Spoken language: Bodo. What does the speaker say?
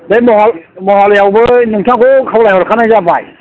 बे महा महालया यावबो नोंथांखौ खावलायखाहरनाय जाबाय